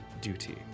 duty